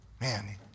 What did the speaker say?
Man